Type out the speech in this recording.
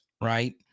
right